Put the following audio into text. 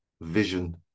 vision